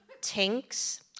Tinks